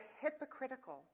hypocritical